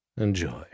Enjoy